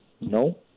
No